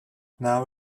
now